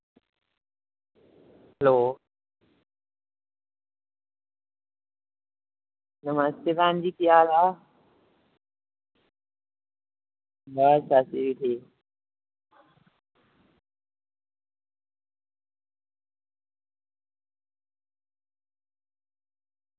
hello नमस्ते भैन जी केह् हाल ऐ बस चाची बी ठीक